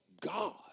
God